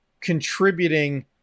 contributing